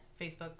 Facebook